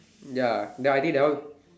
ya then I think that one